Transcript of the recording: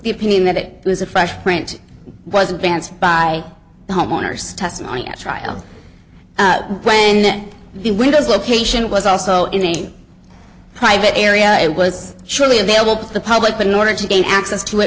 the opinion that it was a fresh print was advanced by the homeowner's testimony at trial when the windows location was also in a private area it was surely available to the public but in order to gain access to it